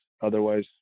Otherwise